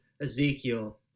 Ezekiel